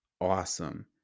awesome